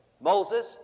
Moses